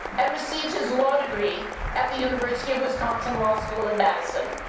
and received his law degree at the university of wisconsin law school in madison.